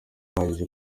bageze